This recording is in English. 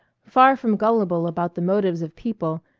far from gullible about the motives of people,